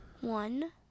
One